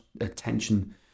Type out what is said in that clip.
attention